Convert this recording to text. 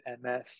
MS